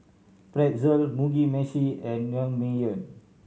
Pretzel Mugi Meshi and Naengmyeon